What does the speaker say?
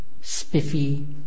spiffy